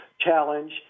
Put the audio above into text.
challenge